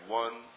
one